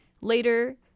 later